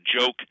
joke